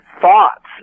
thoughts